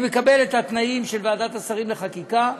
אני מקבל את התנאים של ועדת השרים לחקיקה,